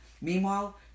Meanwhile